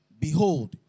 behold